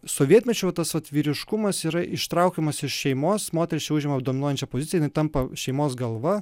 sovietmečiu va tas vat vyriškumas yra ištraukiamas iš šeimos moteris čia užima dominuojančią poziciją jinai tampa šeimos galva